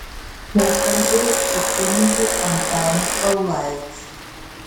pokalbiai su kunigu antanu saulaičiu